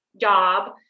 job